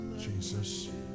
Jesus